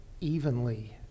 evenly